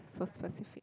so specific